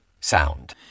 sound